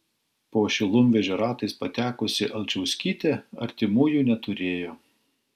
po šilumvežio ratais patekusi alčauskytė artimųjų neturėjo